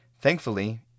Thankfully